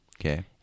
okay